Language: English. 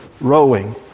rowing